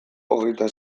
hogeita